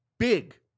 Big